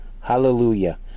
hallelujah